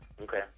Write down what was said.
Okay